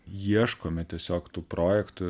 ieškome tiesiog tų projektų